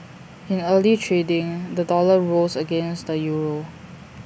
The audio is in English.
in early trading the dollar rose against the euro